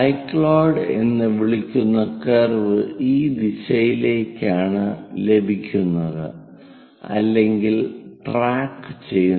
cycloid എന്ന് വിളിക്കുന്ന curve ഈ ദിശയിലേക്കാണ് ലഭിക്കുന്നത് അല്ലെങ്കിൽ ട്രാക്കുചെയ്യുന്നത്